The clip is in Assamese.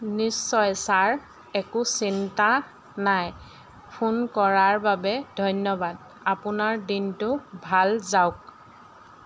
নিশ্চয় ছাৰ একো চিন্তা নাই ফোন কৰাৰ বাবে ধন্যবাদ আপোনাৰ দিনটো ভাল যাওক